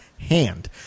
hand